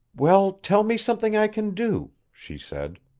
well, tell me something i can do, she said.